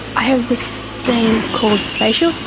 i have this thing called spatial.